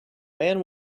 man